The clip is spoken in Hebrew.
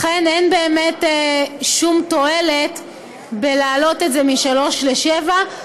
לכן אין באמת שום תועלת בלהעלות את זה משלוש לשבע,